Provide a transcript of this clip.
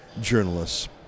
journalists